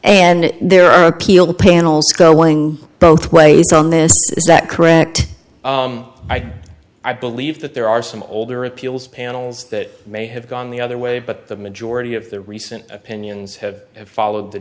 and there are appeal panels going both ways on this is that correct i believe that there are some older appeals panels that may have gone the other way but the majority of the recent opinions have followed the